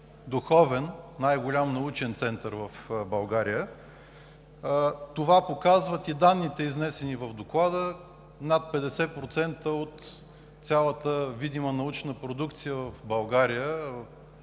духовен и най-голям научен център в България. Това показват и данните, изнесени в Доклада – над 50% от цялата видима научна продукция в България,